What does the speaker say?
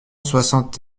soixante